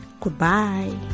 goodbye